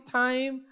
time